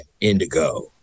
Indigo